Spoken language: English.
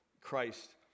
Christ